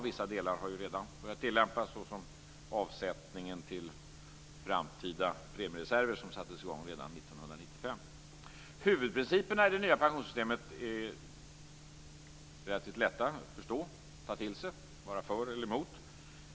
Vissa delar har redan börjat tillämpas, såsom avsättningen till framtida premiereserver, som sattes i gång redan 1995. Huvudprinciperna i det nya pensionssystemet är relativt lätta att förstå och ta till sig, att vara för eller emot.